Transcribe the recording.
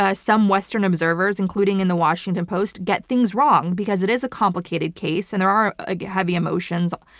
ah some western observers, including in the washington post get things wrong because it is a complicated case. and there are ah heavy emotions.